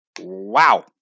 wow